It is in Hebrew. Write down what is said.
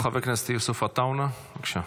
חבר הכנסת יוסף עטאונה, בבקשה.